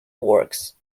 works